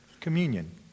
communion